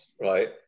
right